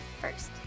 first